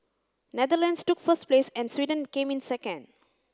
Netherlands took first place and Sweden came in second